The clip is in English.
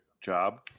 job